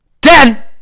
Ten